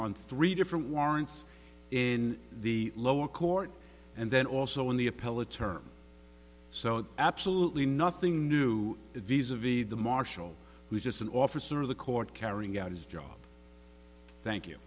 on three different warrants in the lower court and then also in the appellate term so absolutely nothing new visa v the marshal who's just an officer of the court carrying out his job thank you